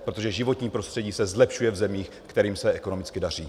Protože životní prostředí se zlepšuje v zemích, kterým se ekonomicky daří.